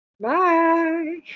Bye